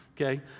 okay